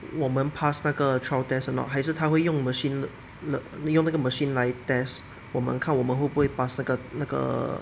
我们 pass 那个 trial test or not 还是他会用 machine 用那个 machine 来 test 我们看我们会不会 pass 那个那个